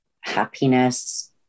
happiness